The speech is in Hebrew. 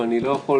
אבל אני לא יכול